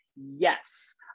yes